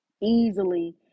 easily